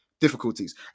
difficulties